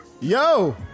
yo